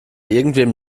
irgendwem